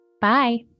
Bye